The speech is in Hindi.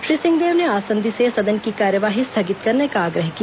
श्री सिंहदेव ने आसंदी से सदन की कार्यवाही स्थगित करने का आग्रह किया